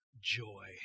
joy